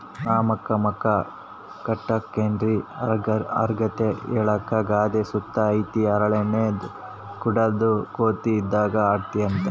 ನಮ್ತಾಕ ಮಕ ಗಂಟಾಕ್ಕೆಂಡಿದ್ರ ಅಂತರ್ಗೆ ಹೇಳಾಕ ಗಾದೆ ಸುತ ಐತೆ ಹರಳೆಣ್ಣೆ ಕುಡುದ್ ಕೋತಿ ಇದ್ದಂಗ್ ಅದಿಯಂತ